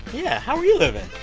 yeah, how are you living?